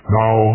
now